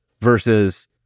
versus